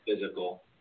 physical